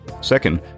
Second